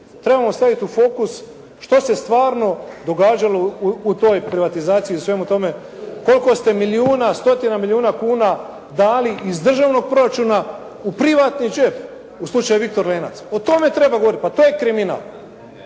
Trebamo staviti u fokus što se stvarno događalo u toj privatizaciji i u svemu tome. Koliko ste milijuna, stotina milijuna kuna dali iz državnog proračuna u privatni džep u slučaju "Viktor Lenac". O tome treba govoriti. Pa to je kriminal.